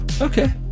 Okay